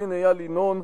עורך-הדין איל ינון,